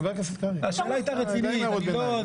חבר הכנסת קרעי, די עם ההערות הביניים.